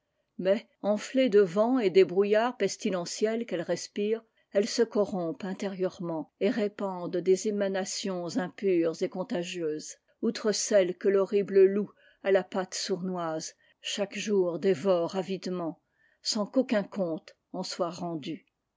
mais enflées de vent et des brouillards pestilentiels qu'elles respirent eues se corrompent intérieurement et répandent des émanations impures et contagieuses outre celles que l'horrible loup à la patte sournoise chaque jour dévore avidement sans qu'aucun compte en soit rendu